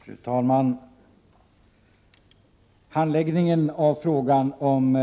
Fru talman! Handläggningen av frågan om